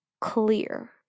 clear